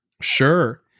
Sure